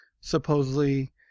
supposedly